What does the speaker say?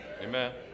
Amen